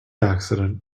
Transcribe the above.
accident